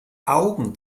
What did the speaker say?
augen